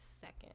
second